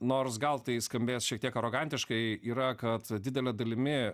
nors gal tai skambės šiek tiek arogantiškai yra kad didele dalimi